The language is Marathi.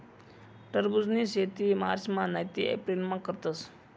टरबुजनी शेती मार्चमा नैते एप्रिलमा करतस